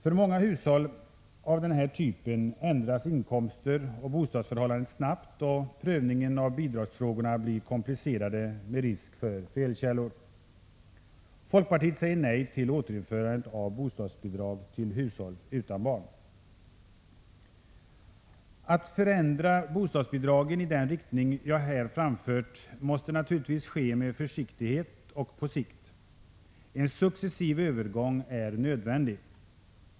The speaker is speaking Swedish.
För många hushåll av den här typen ändras inkomster och bostadsförhållanden snabbt, och prövningen av bidragsfrågorna blir komplicerad med risk för felkällor. Folkpartiet säger nej till återinförande av bostadsbidrag till hushåll utan barn. Att förändra bostadsbidragen i den riktning som jag här har nämnt måste naturligtvis ske med försiktighet och på sikt. En successiv övergång är nödvändig.